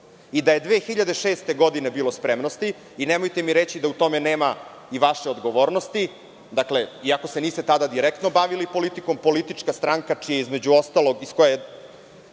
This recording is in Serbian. i da je 2006. godine, bilo spremnosti i nemojte mi reći da u tome nema i vaše odgovornosti, iako se niste tada direktno bavili politikom, ali politička stranka, čija je ipak